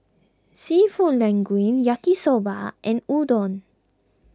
Seafood Linguine Yaki Soba and Udon